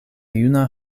juna